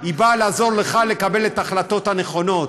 היא נועדה לעזור לך לקבל את ההחלטות הנכונות.